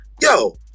Yo